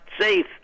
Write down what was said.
safe